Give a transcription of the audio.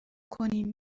کنیم